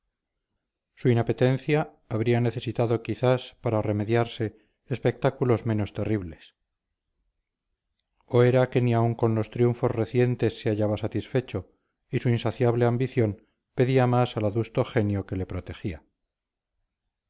su inapetencia habría necesitado quizás para remediarse espectáculos menos terribles o era que ni aun con los triunfos recientes se hallaba satisfecho y su insaciable ambición pedía más al adusto genio que le protegía